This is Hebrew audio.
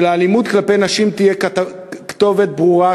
שלאלימות כלפי נשים תהיה כתובת ברורה,